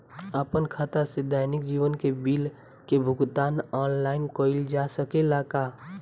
आपन खाता से दैनिक जीवन के बिल के भुगतान आनलाइन कइल जा सकेला का?